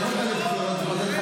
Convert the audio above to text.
יוצא לרחובות.